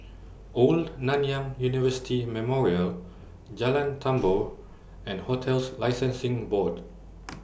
Old Nanyang University Memorial Jalan Tambur and hotels Licensing Board